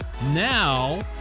Now